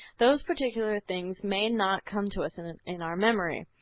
those particular things may not come to us and and in our memory,